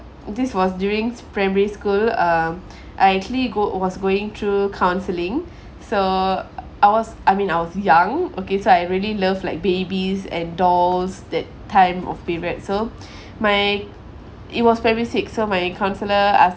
this was during primary school uh I actually go was going through counselling so I was I mean I was young okay so I really love like babies and dolls that time of period so my it was very sick so my counsellor